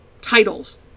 titles